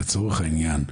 לצורך העניין,